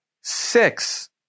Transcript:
six